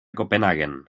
copenhaguen